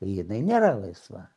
jinai nėra laisva